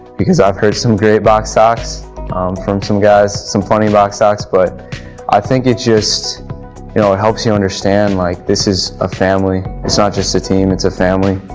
because i've heard some great box ah talks from some guys. some funny box ah but i think it just, you know it helps you understand like this is a family. it's not just a team, it's a family.